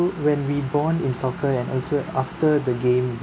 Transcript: when we bond in soccer and also after the game